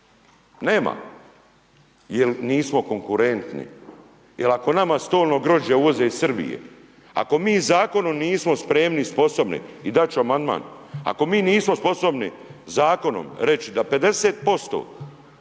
nema, jer nismo konkurentni. Jer ako nama stolno grožđe uvoze iz Srbije, ako mi zakonom nismo spremni i sposobni i dati ću vam amandman, ako mi nismo sposobni zakonom reći, da 50%